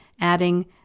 adding